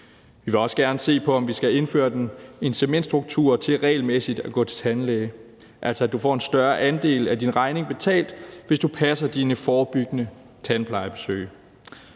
Vi vil også gerne se på, om vi skal have indført en incitamentstruktur i forhold til regelmæssigt at gå til tandlæge, altså at du får en større andel af din regning betalt, hvis du passer dine forebyggende tandplejebesøg.